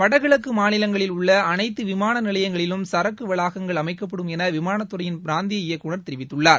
வடகிழக்கு மாநிலங்களில் உள்ள அனைத்து விமான நிலையங்களிலும் சரக்கு வளாகங்கள் அமைக்கப்படும் என விமானத்துறையின் பிராந்திய இயக்குநர் தெரிவித்துள்ளார்